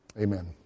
Amen